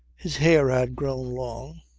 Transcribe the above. his hair had grown long,